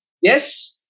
yes